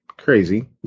Crazy